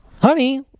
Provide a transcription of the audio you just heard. Honey